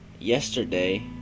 yesterday